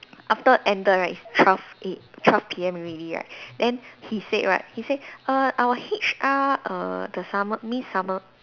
after ended right it's twelve A twelve P_M already right then he said right he said err our H_R err the summer miss summer